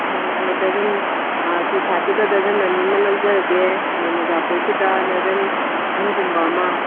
ꯍꯣꯏ ꯍꯣꯏ ꯗꯔꯖꯟ ꯇꯤꯁꯥꯔꯠꯇꯨꯗ ꯗꯔꯖꯟ ꯑꯅꯤ ꯑꯃ ꯂꯧꯖꯔꯒꯦ ꯑꯗꯒꯤ ꯃꯣꯖꯥ ꯐꯨꯔꯤꯠꯇꯨꯗ ꯗꯔꯖꯟ ꯑꯍꯨꯝꯒꯨꯝꯕ ꯑꯃ